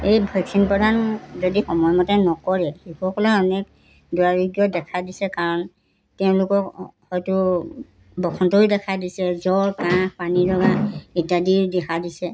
এই ভেকচিন প্ৰদান যদি সময়মতে নকৰে শিশুসকলে অনেক দুৰাৰোগ্য দেখা দিছে কাৰণ তেওঁলোকক হয়তো বসন্তই দেখা দিছে জ্বৰ কাঁহ পানী লগা ইত্যাদি দেখা দিছে